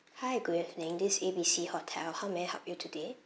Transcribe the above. hi good evening this is A B C hotel how may I help you today